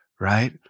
right